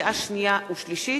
לקריאה שנייה ולקריאה שלישית,